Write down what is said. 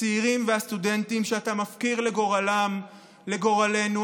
הצעירים והסטודנטים שאתה מפקיר לגורלם, לגורלנו.